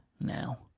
now